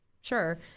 sure